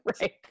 Right